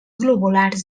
globulars